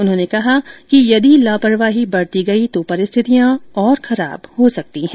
उन्होंने कहा कि यदि लापरवाही बरती गई तो परिस्थितियां और खराब हो सकती है